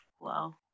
Wow